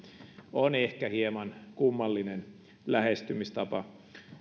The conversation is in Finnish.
on ehkä hieman kummallinen lähestymistapa